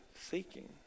seeking